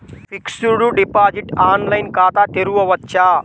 Fixed deposit online ఖాతా తెరువవచ్చా?